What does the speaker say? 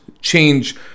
change